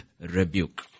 rebuke